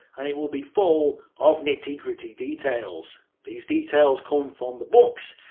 and it will be full of nitty-gritty details. these details come from the books,